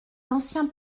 d’ancien